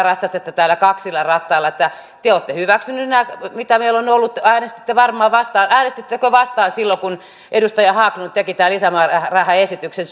ratsastatte täällä nyt kaksilla rattailla että te te olette hyväksynyt nämä mitä meillä on on ollut äänestitte varmaan vastaan äänestittekö vastaan silloin kun edustaja haglund teki tämän lisämäärärahaesityksen